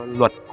luật